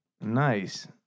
Nice